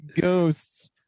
Ghosts